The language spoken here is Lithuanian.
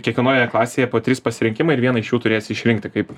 kiekvienoje klasėje po tris pasirinkimai ir vieną iš jų turėsi išrinkti kaip